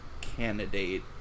candidate